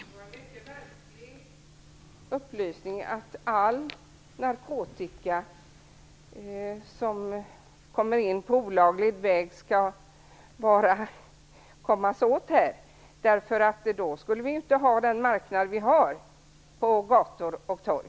Herr talman! Det var en märklig upplysning att all narkotika som kommer in på olaglig väg skulle kommas åt. Då skulle vi ju inte ha den marknad som finns på gator och torg.